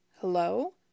Hello